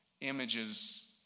images